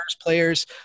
players